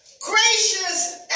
gracious